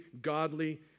godly